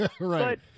Right